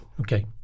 Okay